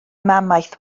mamaeth